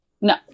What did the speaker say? No